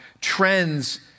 trends